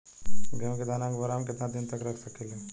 गेहूं के दाना के बोरा में केतना दिन तक रख सकिले?